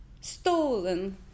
stolen